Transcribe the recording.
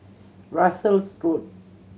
Russels Road